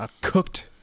cooked